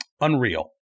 Unreal